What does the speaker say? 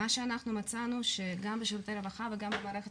מה שאנחנו מצאנו שגם בשירותי הרווחה וגם במערכת